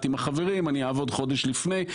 עם החברים אז אני אעבוד חודש לפני.